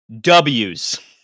W's